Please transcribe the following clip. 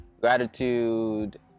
Gratitude